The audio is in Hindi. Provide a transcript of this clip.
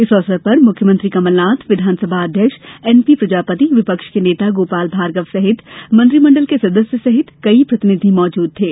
इस अवसर पर मुख्यमंत्री कमलनाथ विधानसभा अध्यक्ष एनपी प्रजापति विपक्ष के नेता गोपाल भार्गव सहित मंत्रिमण्डल के सदस्य सहित कई जनप्रतिनिधि मौजूद थे